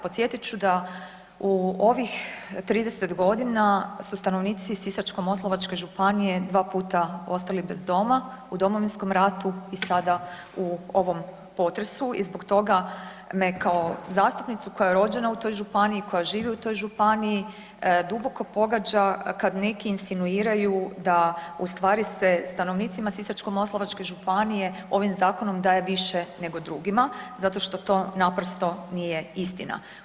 Podsjetit ću da u ovih 30 godina su stanovnici Sisačko-moslavačke županije 2 puta ostali bez doma, u Domovinskom ratu i sada u ovom potresu i zbog toga me kao zastupnicu koja je rođena u toj županiji, koja živi u toj županiji duboko pogađa kad neki insinuiraju da u stvari se stanovnicima Sisačko-moslavačke županije ovim zakonom daje više nego drugima zato što to naprosto nije istina.